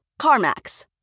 CarMax